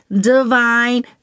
divine